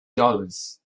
dollars